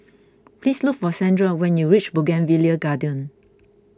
please look for Sandra when you reach Bougainvillea Garden